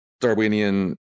Darwinian